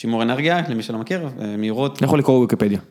‫שימור אנרגיה למי שלא מכיר, מהירות. ‫-אני יכול לקרוא בויקיפדיה.